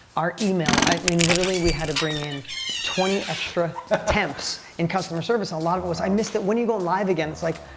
our email, i mean, literally, we had to bring in twenty extra ah temps in customer service. at lot of it was, i missed it, when are you going live again? it's like,